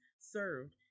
served